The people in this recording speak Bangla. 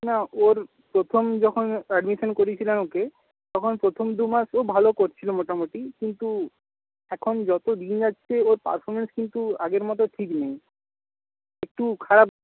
না ওর প্রথম যখন অ্যাডমিশন করিয়েছিলাম ওকে তখন প্রথম দু মাস ও ভালো করছিল মোটামুটি কিন্তু এখন যত দিন যাচ্ছে ওর পারফর্মেন্স কিন্তু আগের মতো ঠিক নেই একটু খারাপ